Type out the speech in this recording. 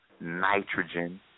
nitrogen